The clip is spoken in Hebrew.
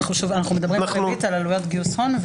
אנחנו מדברים --- על עלויות גיוס הון,